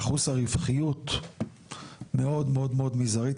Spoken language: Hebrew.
שהחוסר רווחיות מאוד מאוד מזערי.